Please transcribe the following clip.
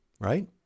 right